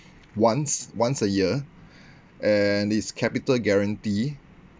once once a year and it's capital guarantee